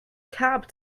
cab